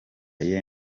yewe